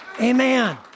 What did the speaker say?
Amen